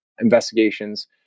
investigations